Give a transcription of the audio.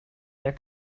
their